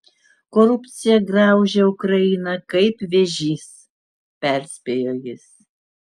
korupcija graužia ukrainą kaip vėžys perspėjo jis